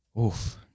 Oof